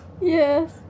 Yes